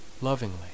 lovingly